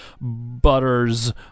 butters